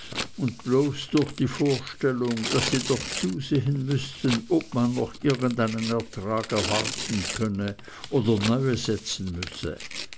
und bloß durch die vorstellung daß sie doch zusehen müßten ob man noch irgend einen ertrag erwarten könne oder neue setzen müsse